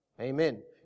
Amen